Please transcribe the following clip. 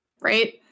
right